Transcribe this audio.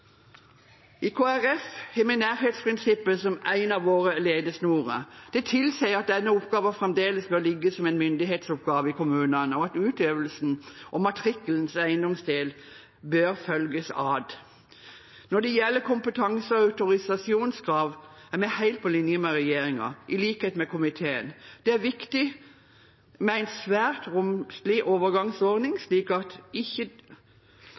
Kristelig Folkeparti har vi nærhetsprinsippet som en av våre ledesnorer. Det tilsier at denne oppgaven fremdeles bør ligge som en myndighetsoppgave i kommunene, og at utøvelsen og matrikkelens eiendomsdel bør følges ad. Når det gjelder kompetanse- og autorisasjonskrav, er vi helt på linje med regjeringen, i likhet med komiteen. Men det er viktig med en svært romslig overgangsordning, slik at ikke